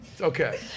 Okay